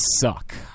suck